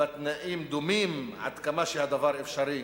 ובתנאים דומים, עד כמה שהדבר אפשרי".